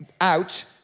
out